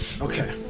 Okay